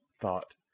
thought